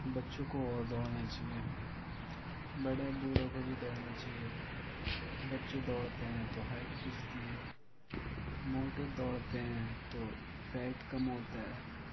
بچوں کو اور دوڑنے چاہیے بڑے بوڑھوں کو بھی دوڑنے چاہیے بچّے دوڑتے ہیں تو ہائٹ کھنچتی ہے موٹے دوڑتے ہیں تو فیٹ کم ہوتا ہے